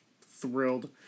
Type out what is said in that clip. thrilled